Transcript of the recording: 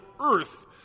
earth